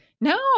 No